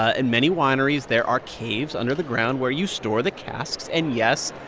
ah in many wineries, there are caves under the ground where you store the casks. and yes,